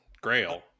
Grail